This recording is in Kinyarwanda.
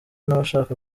n’abashaka